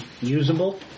usable